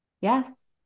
Yes